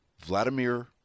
Vladimir